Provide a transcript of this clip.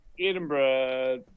Edinburgh